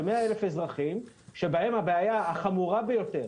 ש-100,000 אזרחים שבהם הבעיה החמורה ביותר